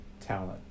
talent